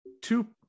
two